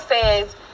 says